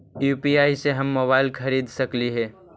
UPI से हम mobile खरिद सकलिऐ है